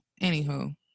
Anywho